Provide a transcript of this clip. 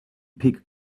pick